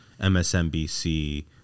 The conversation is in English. MSNBC